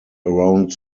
around